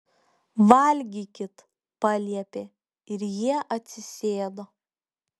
valgykit paliepė ir jie atsisėdo